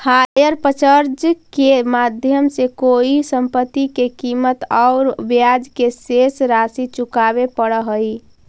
hire purchase के माध्यम से कोई संपत्ति के कीमत औउर ब्याज के शेष राशि चुकावे पड़ऽ हई